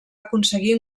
aconseguir